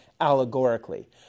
allegorically